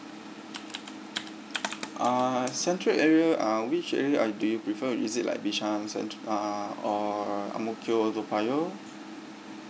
uh central area uh which area uh do you prefer is it like bishan uh or ang mo kio toa payoh